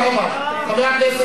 אלא לרבים,